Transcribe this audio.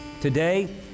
Today